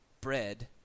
bread